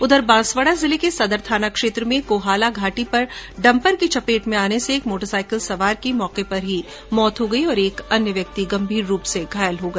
उधर बांसवाडा जिले के सदर थाना क्षेत्र में कोहाला घाटी पर डंपर की चपेट में आने से मोटर साईकिल सवार की मौके पर ही मौत हो गई और एक अन्य गंभीर रूप से घायल हो गया